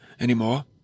anymore